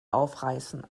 aufreißen